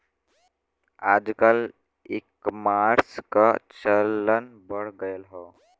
आजकल ईकामर्स क चलन बढ़ गयल हौ